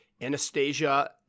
Anastasia